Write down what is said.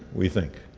we think,